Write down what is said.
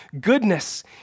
goodness